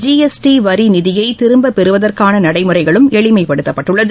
GST வரி நிதியை திரும்பப் பெறுவதற்கான நடைமுறைகளும் எளிமைப்படுத்தப்பட்டுள்ளது